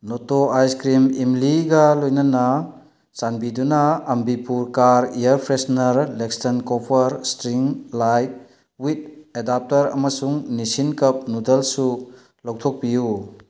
Noto ice cream ꯏꯝꯂꯤꯒ ꯂꯣꯏꯅꯅꯥ ꯆꯥꯟꯕꯤꯗꯨꯅ ꯑꯝꯕꯤꯄꯨꯔ ꯀꯥꯔ ꯏꯌꯔ ꯐ꯭ꯔꯦꯁꯅꯔ ꯂꯦꯛꯁꯇꯟ copper string light with adapter ꯑꯃꯁꯨꯡ ꯅꯤꯁꯤꯟ ꯀꯞ ꯅꯨꯗꯜꯁꯨ ꯂꯧꯊꯣꯛꯄꯤꯌꯨ